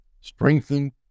strengthen